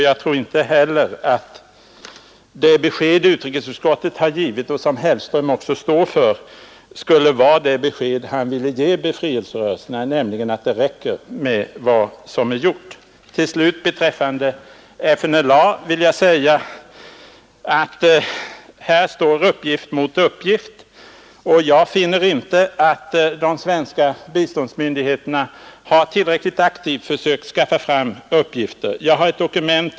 Jag tror inte heller att det besked utrikesutskottet har givit och som också herr Hellström står bakom — nämligen att det räcker med vad som är gjort — då skulle bli vårt besked till befrielserörelserna. Till slut vill jag beträffande FNLA säga att uppgift står mot uppgift. Jag finner inte att de svenska biståndsmyndigheterna har varit tillräckligt aktiva när det gällt att skaffa fram bakgrundsmaterial i detta sammanhang.